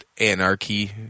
anarchy